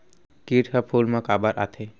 किट ह फूल मा काबर आथे?